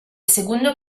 segundo